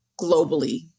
globally